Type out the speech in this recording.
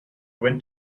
wind